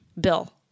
bill